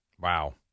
Wow